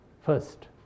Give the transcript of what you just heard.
first